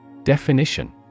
Definition